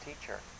teacher